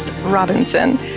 Robinson